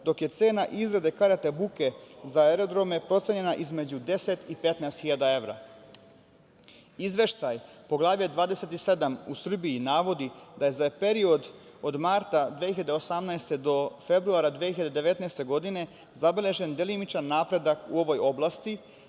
dok je cena izrade karata buke za aerodrome procenjena između 10 i 15.000 evra. Izveštaj Poglavlje 27 u Srbiji navodi da je za period od marta 2018. do februara 2019. godine zabeležen delimičan napredak u ovoj oblasti